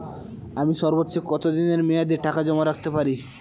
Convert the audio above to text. আমি সর্বোচ্চ কতদিনের মেয়াদে টাকা জমা রাখতে পারি?